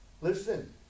Listen